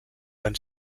van